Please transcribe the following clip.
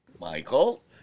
Michael